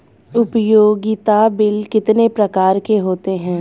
उपयोगिता बिल कितने प्रकार के होते हैं?